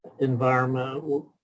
environment